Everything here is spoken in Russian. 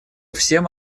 всем